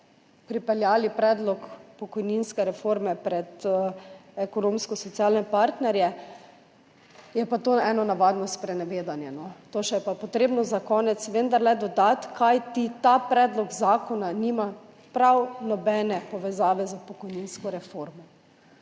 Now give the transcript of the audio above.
pripeljali predlog pokojninske reforme pred ekonomsko-socialne partnerje, je pa to eno navadno sprenevedanje. To je pa potrebno še za konec vendarle dodati, kajti ta predlog zakona nima prav nobene povezave s pokojninsko reformo.